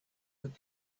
would